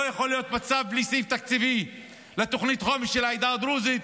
לא יכול להיות מצב בלי סעיף תקציבי לתוכנית חומש של העדה הדרוזית,